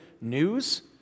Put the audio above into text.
news